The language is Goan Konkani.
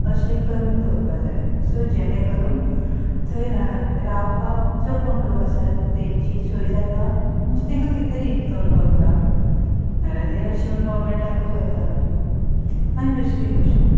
अशें करून दवरपा जाय सो जेणे करून थंय रावपाक जो कोण लोक आसा तांची सोय जाता म्हणजे तांकां किदें तरी इनकम गावता नाल्या ते हरशीं म्हूण गोवोरमेंटाकूत वयता आनी दुसरी गोश्ट